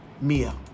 Mia